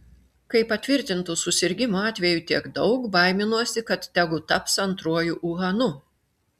kai patvirtintų susirgimų atvejų tiek daug baiminuosi kad tegu taps antruoju uhanu